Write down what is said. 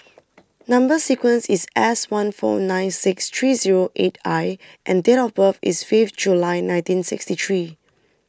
Number Sequence is S one four nine six three zero eight I and date of birth is fifth July nineteen sixty three